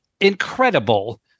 incredible